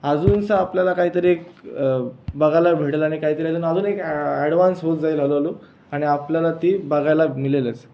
अजूनच आपल्याला काही तरी बघायला भेटेल आणि काही तरी याच्यात अजूनही ॲडवान्स होत जाईल हळूहळू आणि आपल्याला ती बघायला मिळेलच